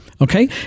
Okay